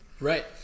Right